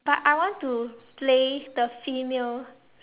but I want to play the female